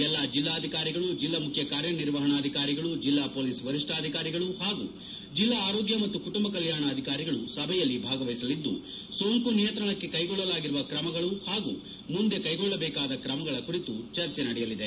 ಎಲ್ಲ ಜಿಲ್ಲಾಧಿಕಾರಿಗಳು ಜಿಲ್ಲಾ ಮುಖ್ಯ ಕಾರ್ಯನಿರ್ವಹಣಾಧಿಕಾರಿಗಳು ಜಿಲ್ಲಾ ಪೊಲೀಸ್ ವರಿಷ್ಠಾಧಿಕಾರಿಗಳು ಹಾಗೂ ಜಿಲ್ಲಾ ಆರೋಗ್ಯ ಮತ್ತು ಕುಟುಂಬ ಕಲ್ಯಾಣ ಅಧಿಕಾರಿಗಳು ಸಭೆಯಲ್ಲಿ ಭಾಗವಹಿಸಲಿದ್ದು ಸೋಂಕು ನಿಯಂತ್ರಣಕ್ಕೆ ಕೈಗೊಳ್ಳಲಾಗಿರುವ ಕ್ರಮಗಳು ಹಾಗೂ ಮುಂದೆ ಕೈಗೊಳ್ಳಬೇಕಾದ ಕ್ರಮಗಳ ಕುರಿತು ಚರ್ಚೆ ನಡೆಯಲಿದೆ